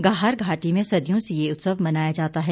गाहर घाटी में सदियों से ये उत्सव मनाया जाता है